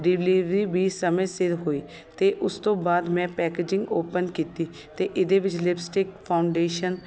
delivery ਵੀ ਸਮੇਂ ਸਿਰ ਹੋਈ ਅਤੇ ਉਸ ਤੋਂ ਬਾਅਦ ਮੈਂ ਪੈਕੇਜਿੰਗ ਓਪਨ ਕੀਤੀ ਅਤੇ ਇਹਦੇ ਵਿੱਚ ਲਿੱਪਸਟਿਕ ਫਾਊਂਡੇਸ਼ਨ